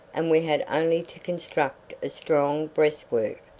and we had only to construct a strong breastwork,